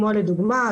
לדוגמה,